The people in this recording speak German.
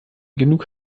genug